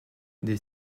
des